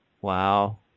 Wow